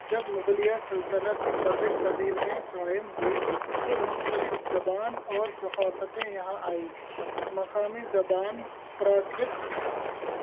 جب مغلیہ سلطنت برصغیر میں قائم ہوئی تو مختلف زبان اور ثقافتیں یہاں آئی مقامی زبان پراکرت